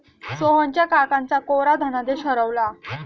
सोहनच्या काकांचा कोरा धनादेश हरवला